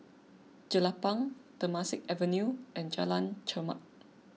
Jelapang Temasek Avenue and Jalan Chermat